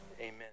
Amen